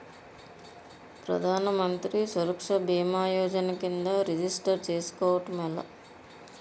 ప్రధాన మంత్రి సురక్ష భీమా యోజన కిందా రిజిస్టర్ చేసుకోవటం ఎలా?